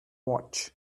watch